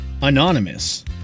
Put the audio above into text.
Anonymous